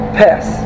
pass